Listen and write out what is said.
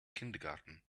kindergarten